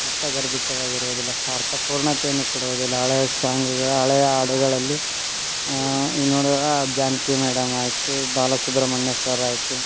ಅರ್ಥಗರ್ಭಿತವಾಗಿರುವುದಿಲ್ಲ ಅಷ್ಟು ಅರ್ಥಪೂರ್ಣದ ಏನು ಕೊಡುವುದಿಲ್ಲ ಹಳೇ ಸಾಂಗಿಗೆ ಹಳೆಯ ಹಾಡುಗಳಲ್ಲಿ ನೋಡೋದ್ ಜಾನಕಿ ಮೇಡಮ್ ಆಯಿತು ಬಾಲಸುಬ್ರಮ್ಮಣ್ಯ ಸರ್ ಆಯಿತು